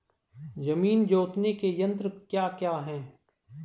जमीन जोतने के यंत्र क्या क्या हैं?